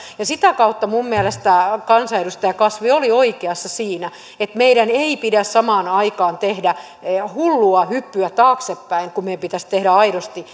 ja sitä kautta minun mielestä kansanedustaja kasvi oli oikeassa siinä että meidän ei pidä samaan aikaan tehdä hullua hyppyä taaksepäin kun meidän pitäisi tehdä aidosti